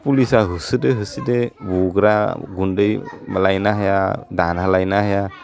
पुलिसा होसोदो होसोदो बग्रा गुन्दै लायनो हाया दाना लानो हाया